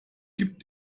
gib